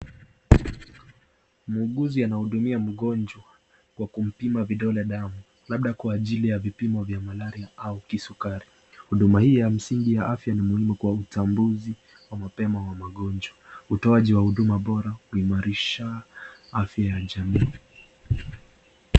Muuguzi anahudumia mgonjwa kwa kumpima vidole damu, labda kwa ajili ya vipimo vya malaria au kisukari. Huduma hii ya msingi ya afya ni muhimu kwa utambuzi wa mapema wa magonjwa, utoaji wa huduma bora huimarisha afya ya jamii.